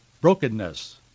brokenness